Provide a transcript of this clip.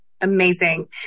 Amazing